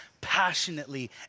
passionately